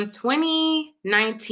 2019